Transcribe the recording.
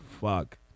fuck